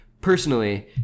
personally